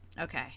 Okay